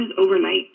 overnight